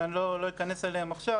שאני לא אכנס אליהם עכשיו.